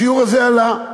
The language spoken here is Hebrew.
השיעור הזה עלה.